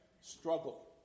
struggle